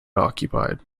occupied